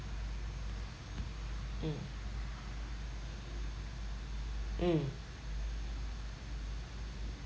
mm mm